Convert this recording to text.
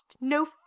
no